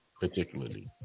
particularly